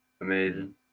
amazing